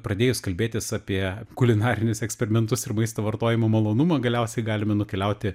pradėjus kalbėtis apie kulinarinius eksperimentus ir maisto vartojimo malonumą galiausiai galime nukeliauti